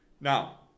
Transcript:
Now